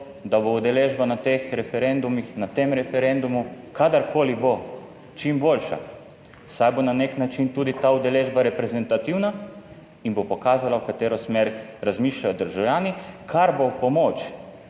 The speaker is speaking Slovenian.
da bo udeležba na teh referendumih, na tem referendumu kadarkoli bo, čim boljša, saj bo na nek način tudi ta udeležba reprezentativna in bo pokazala v katero smer razmišljajo državljani, kar bo v pomoč